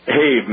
hey